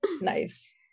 Nice